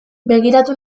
begiratu